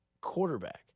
quarterback